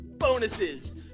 Bonuses